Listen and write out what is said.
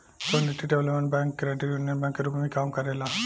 community development bank credit union bank के रूप में भी काम करेला